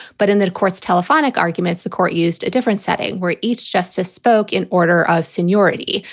but in the court's telephonic arguments, the court used a different setting where each justice spoke in. order of seniority.